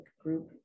group